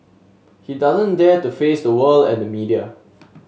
he doesn't dare to face the world and the media